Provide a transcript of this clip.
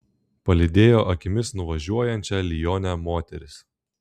palydėjo akimis nuvažiuojančią lionę moteris